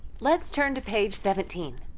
let's turn to page seventeen.